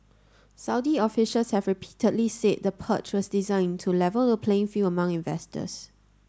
Saudi officials have repeatedly said the purge was designed to level the playing field among investors